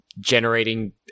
generating